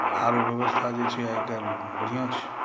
आर ओ बेबस्था जे छै आइ काल्हि बढ़िआँ छै